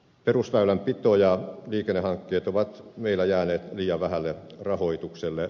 perusväylänpito ja liikennehankkeet ovat meillä jääneet liian vähälle rahoitukselle